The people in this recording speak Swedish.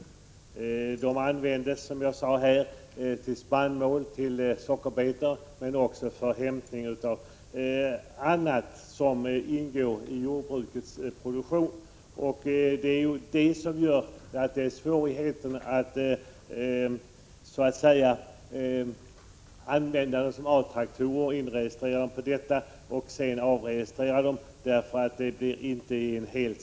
Traktorerna används, som jag sade, för transport av spannmål och sockerbetor samt för hämtning av annat som ingår i jordbruksproduktionen. Eftersom det inte är fråga om en helt sammanhängande period blir det svårt att använda dessa som A-traktorer, dvs. först inregistrera dem och sedan avregistrera dem.